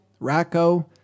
Racco